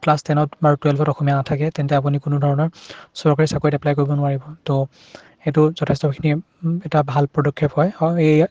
class টেনত বা টুৱেল্ভত অসমীয়া নাথাকে তেন্তে আপুনি কোনো ধৰণৰ চৰকাৰী চাকৰিত এপ্লাই কৰিব নোৱাৰিব তো এইটো যথেষ্টখিনি এটা ভাল পদক্ষেপ হয় এই